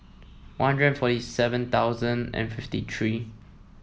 One Hundred forty seven thousand and fifty three